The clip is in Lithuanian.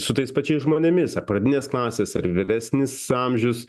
su tais pačiais žmonėmis ar pradinės klasės ar vyresnis amžius